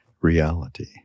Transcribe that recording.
reality